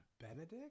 Benedict